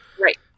Right